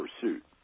pursuit